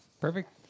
Perfect